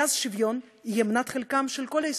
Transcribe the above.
כי אז שוויון יהיה מנת חלקם של כל הישראלים,